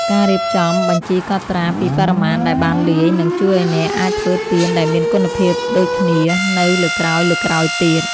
ការរៀបចំបញ្ជីកត់ត្រាពីបរិមាណដែលបានលាយ នឹងជួយឱ្យអ្នកអាចធ្វើទៀនដែលមានគុណភាពដូចគ្នានៅលើកក្រោយៗទៀត។